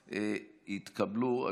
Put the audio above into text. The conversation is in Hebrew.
נתקבלו.